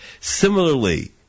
Similarly